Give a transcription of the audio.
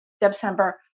December